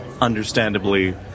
understandably